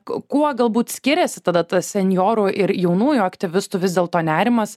kuo galbūt skiriasi tada tas senjorų ir jaunųjų aktyvistų vis dėlto nerimas